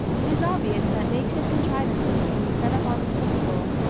it is obvious that makeshift contrivances can be set up on this principle,